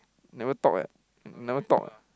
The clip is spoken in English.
never talk eh never talk